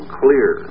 clear